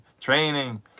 training